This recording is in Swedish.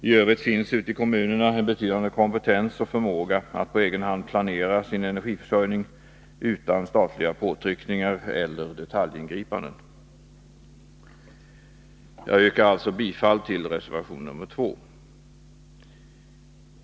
I övrigt finns ute i kommunerna en betydande kompetens och förmåga att på egen hand planera sin energiförsörjning utan statliga påtryckningar eller detaljingripanden. Jag yrkar alltså bifall till reservation 2.